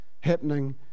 happening